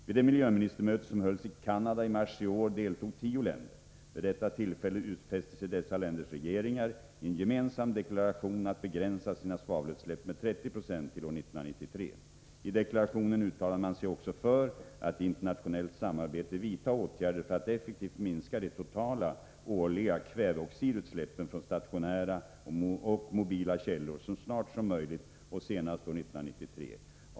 Vid det miljöministermöte som hölls i Canada i mars i år deltog tio länder. Vid detta tillfälle utfäste sig dessa länders regeringar i en gemensam deklaration att begränsa sina svavelutsläpp med 3076 till år 1993. I deklarationen uttalade man sig också för att i internationellt samarbete vidta åtgärder för att effektivt minska de totala årliga kväveoxidutsläppen från stationära och mobila källor så snart som möjligt och senast år 1993.